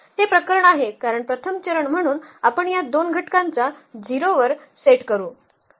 हे प्रकरण आहे कारण प्रथम चरण म्हणून आपण या दोन घटकांना 0 वर सेट करू